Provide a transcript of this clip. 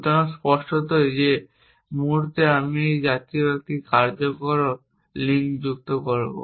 সুতরাং স্পষ্টতই যে মুহুর্তে আমি এই জাতীয় একটি কার্যকারণ লিঙ্ক যুক্ত করব